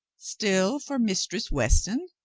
still for mistress weston?